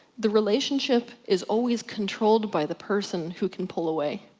the relationship is always controlled by the person who can pull away.